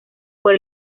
por